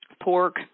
pork